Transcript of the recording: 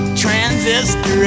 transistor